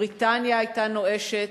בריטניה היתה נואשת,